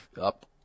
up